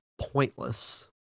pointless